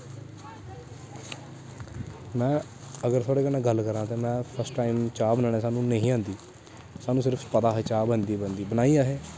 में अगर थुआढ़े कन्नै गल्ल करां ते में फस्ट टाइम चाह् बनाना सानूं नेईं ही आंदी सानूं सिर्फ पता हा चाह् बनदी बनदी बनाई असें